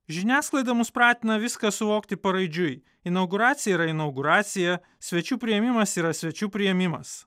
žiniasklaida mus pratina viską suvokti paraidžiui inauguracija yra inauguracija svečių priėmimas yra svečių priėmimas